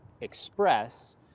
express